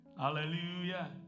Hallelujah